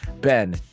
Ben